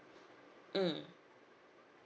mm